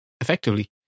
effectively